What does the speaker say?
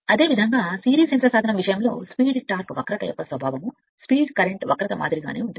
అదేవిధంగా వేగం torque curve యొక్క సిరీస్ యంత్ర సాధనము స్వభావం విషయంలో వేగం కరెంట్ కర్వ్ మాదిరిగానే ఉంటుంది